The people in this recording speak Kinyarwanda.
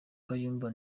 kayumba